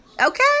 okay